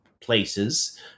places